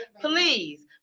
please